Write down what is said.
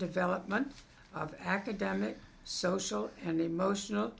development academic social and emotional